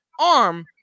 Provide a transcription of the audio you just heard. arm